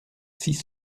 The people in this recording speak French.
six